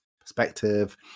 perspective